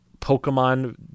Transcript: Pokemon